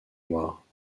loire